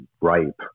ripe